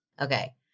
Okay